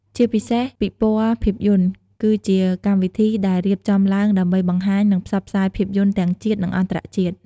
ជាពិសេសពិព័រណ៍ភាពយន្ត គឺជាកម្មវិធីដែលរៀបចំឡើងដើម្បីបង្ហាញ និងផ្សព្វផ្សាយភាពយន្តទាំងជាតិ និងអន្តរជាតិ។